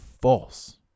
false